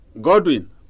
Godwin